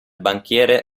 banchiere